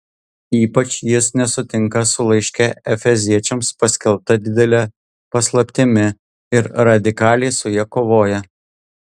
ypač jis nesutinka su laiške efeziečiams paskelbta didele paslaptimi ir radikaliai su ja kovoja